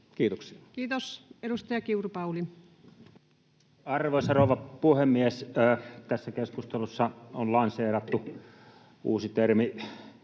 Kiitoksia. Kiitos. — Edustaja Kiuru, Pauli. Arvoisa rouva puhemies! Tässä keskustelussa on lanseerattu uusi termi,